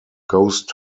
ghost